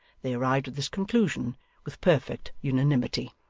they arrived at this conclusion with perfect unanimity.